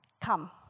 come